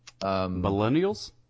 Millennials